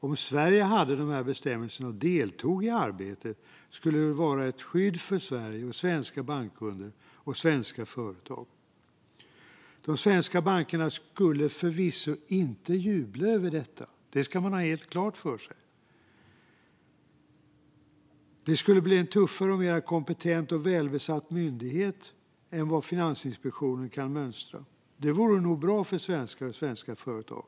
Om Sverige hade dessa bestämmelser och deltog i arbetet skulle det vara ett skydd för Sverige, svenska bankkunder och svenska företag. De svenska bankerna skulle förvisso inte jubla över detta; det ska man ha helt klart för sig. Det skulle bli en tuffare, mer kompetent och mer välbesatt myndighet än vad Finansinspektionen kan mönstra. Det vore nog bra för svenskar och svenska företag.